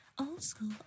old-school